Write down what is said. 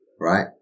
Right